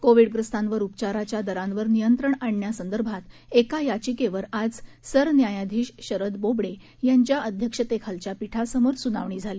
कोविडग्रस्तांवर उपचाराच्या दरांवर नियंत्रण आणण्यासंदर्भात एका याचिकेवर आज सरन्यायाधीश शरद बोबडे यांच्या अध्यक्षतेखालच्या पीठासमोर सुनावणी झाली